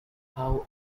how